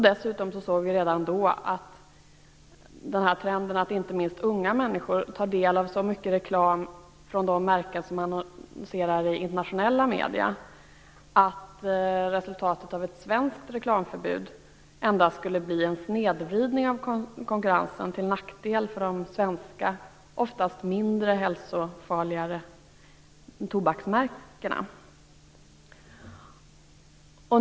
Dessutom såg vi redan då trenden att inte minst unga människor tar del av så mycket reklam från märken som annonserar i internationella medier att resultatet av ett svenskt reklamförbud endast skulle bli en snedvridning av konkurrensen till nackdel för de svenska, oftast mindre hälsofarliga, tobaksmärkena.